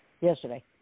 yesterday